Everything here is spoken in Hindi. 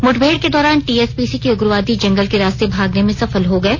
मुठभेड़ के दौरान टीएसपीसी के उग्रवादी जंगल के रास्ते भागने में सफल हो गये